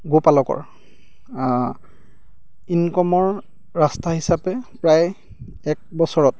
গোপালকৰ ইনকমৰ ৰাস্তা হিচাপে প্ৰায় এক বছৰত